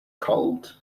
cold